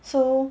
so